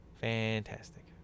fantastic